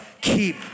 keep